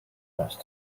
most